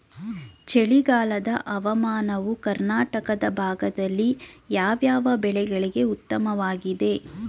ಚಳಿಗಾಲದ ಹವಾಮಾನವು ಕರ್ನಾಟಕದ ಭಾಗದಲ್ಲಿ ಯಾವ್ಯಾವ ಬೆಳೆಗಳಿಗೆ ಉತ್ತಮವಾಗಿದೆ?